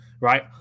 right